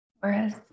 Whereas